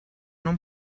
non